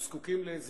הם זקוקים לעזרה,